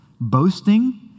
Boasting